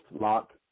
lock